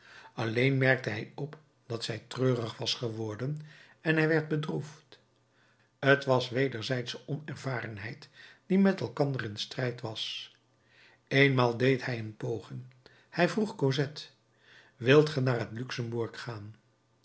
alleen merkte hij op dat zij treurig was geworden en hij werd bedroefd t was wederzijdsche onervarenheid die met elkander in strijd was eenmaal deed hij een poging hij vroeg cosette wilt ge naar het luxembourg gaan